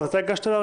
אתה הגשת?